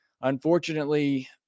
Unfortunately